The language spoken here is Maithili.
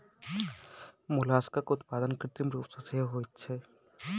मोलास्कक उत्पादन कृत्रिम रूप सॅ सेहो होइत छै